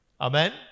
Amen